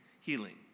healing